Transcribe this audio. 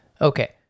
Okay